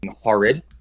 horrid